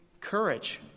Courage